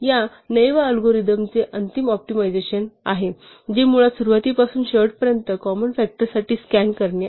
या नैव अल्गोरिदमचे अंतिम ऑप्टिमायझेशन आहे जे मुळात सुरुवातीपासून शेवटपर्यंत कॉमन फ़ॅक्टर साठी स्कॅन करणे आहे